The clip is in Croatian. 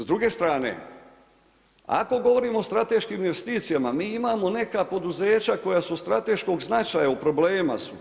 S druge strane ako govorimo o strateškim investicijama mi imamo neka poduzeća koja su od strateškog značaja, u problemima su.